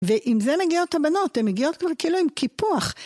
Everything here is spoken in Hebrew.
ועם זה מגיעות הבנות, הן מגיעות כבר כאילו עם קיפוח.